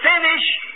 finish